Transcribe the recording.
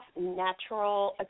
natural